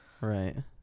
Right